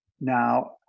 now